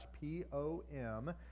P-O-M